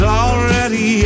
already